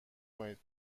کنید